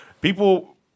people